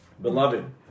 Beloved